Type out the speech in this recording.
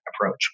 approach